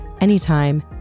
anytime